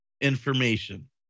information